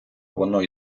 воно